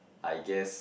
I guess